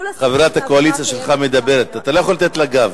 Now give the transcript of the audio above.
חברת הקואליציה שלך מדברת, אתה לא יכול לתת לה גב,